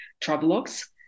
travelogues